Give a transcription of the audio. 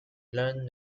learn